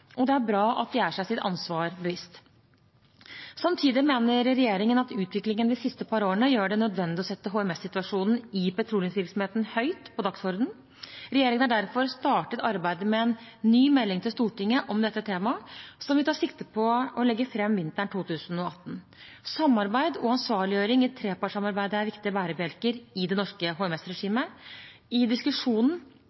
og det er bra at de er seg sitt ansvar bevisst. Samtidig mener regjeringen at utviklingen de siste par årene gjør det nødvendig å sette HMS-situasjonen i petroleumsvirksomheten høyt på dagsordenen. Regjeringen har derfor startet arbeidet med en ny melding til Stortinget om dette temaet, som vi tar sikte på å legge fram vinteren 2018. Samarbeid og ansvarliggjøring i trepartssamarbeidet er viktige bærebjelker i det norske